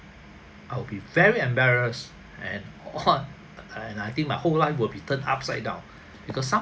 I'll be very embarrassed and !whoa! and I think my whole life will be turned upside down because some